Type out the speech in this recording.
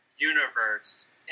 universe